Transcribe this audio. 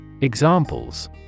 Examples